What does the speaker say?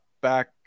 back